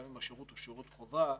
גם אם השירות הוא שירות חובה,